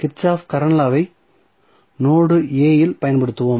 Kirchhoff current law வை node a இல் பயன்படுத்துவோம்